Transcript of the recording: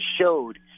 showed